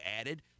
added